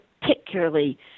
particularly